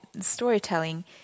storytelling